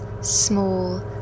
small